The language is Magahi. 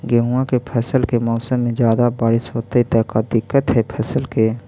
गेहुआ के फसल के मौसम में ज्यादा बारिश होतई त का दिक्कत हैं फसल के?